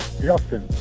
Justin